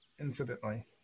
incidentally